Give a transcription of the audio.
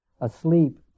asleep